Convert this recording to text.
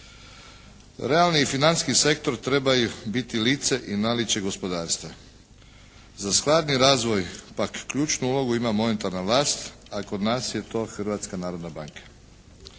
Realni financijski sektor treba biti lice i naličje gospodarstva. Za skladni razvoj pak ključnu ulogu ima monetarna vlast, a kod nas je to Hrvatska narodna banka.